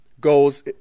goes